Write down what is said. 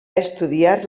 estudiar